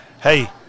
Hey